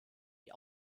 die